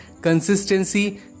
consistency